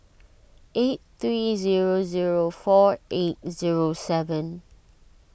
eight three zero zero four eight zero seven